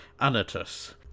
Anatus